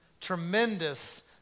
tremendous